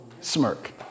Smirk